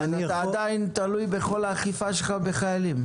אז אתה עדיין תלוי בכל האכיפה שלך בחיילים.